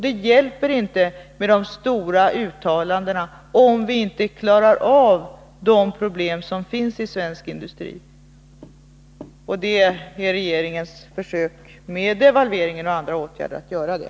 Det hjälper inte med att göra stora uttalanden, om vi inte klarar av de problem som finns inom svensk industri. Det är vad regeringen har försökt göra, med devalveringen och med andra åtgärder.